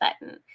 button